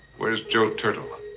where's joe turtle? ah